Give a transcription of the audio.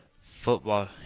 Football